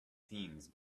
teens